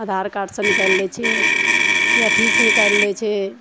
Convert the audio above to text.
आधार कार्ड सऽ निकालि लै छियै या अथी सऽ निकालि लै छै